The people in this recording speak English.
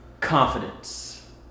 Confidence